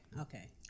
okay